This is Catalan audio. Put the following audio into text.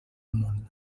món